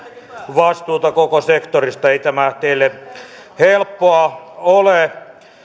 vastuuta koko sektorista ei tämä teille helppoa ole